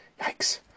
yikes